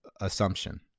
assumption